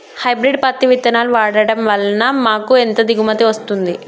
Hybrid పత్తి విత్తనాలు వాడడం వలన మాకు ఎంత దిగుమతి వస్తుంది?